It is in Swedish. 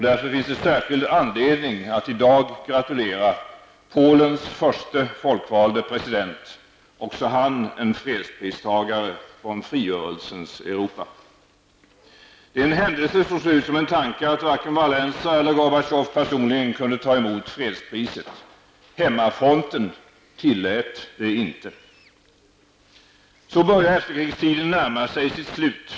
Därför finns det särskild anledning att i dag gratulera Polens förste folkvalde president, också han en fredspristagare från frigörelsens Europa. Det är en händelse som ser ut som en tanke, att varken Walesa eller Gorbatjov personligen kunde ta emot fredspriset. Hemmafronten tillät det inte. Så börjar efterkrigstiden närma sig sitt slut.